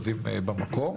מגילות.